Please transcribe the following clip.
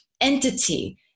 entity